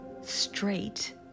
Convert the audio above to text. straight